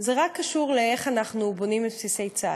זה רק קשור לאיך אנחנו בונים את בסיסי צה"ל,